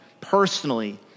personally